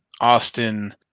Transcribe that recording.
Austin